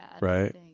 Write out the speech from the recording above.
right